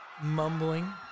Mumbling